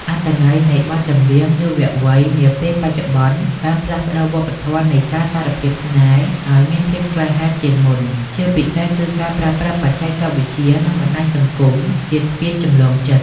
អត្ថន័យនៃបទចម្រៀងយុវវ័យនាពេលបច្ចុប្បន្ន បានផ្លាស់ប្តូរវប្បធម៌នៃការសារភាពស្នេហ៍ឱ្យមានភាពក្លាហានជាងមុន ជាពិសេសគឺការប្រើប្រាស់បច្ចេកវិទ្យា និងបណ្ដាញសង្គមជាស្ពានចម្លងចិត្ត។